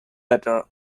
better